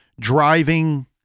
driving